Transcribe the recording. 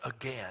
again